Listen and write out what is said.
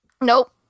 Nope